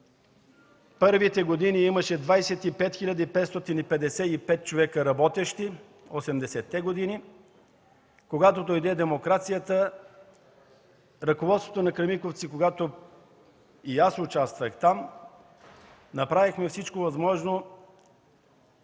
първите години, имаше 25 555 човека работещи – 80-те години. Когато дойде демокрацията, ръководството на „Кремиковци”, в което и аз участвах, направихме всичко възможно